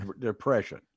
Depression